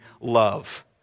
love